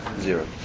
Zero